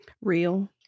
Real